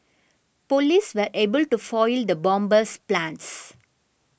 police were able to foil the bomber's plans